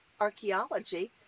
archaeology